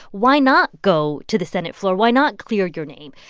why not go to the senate floor? why not clear your name?